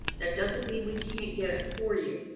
that doesn't mean we can't get it for you.